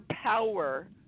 power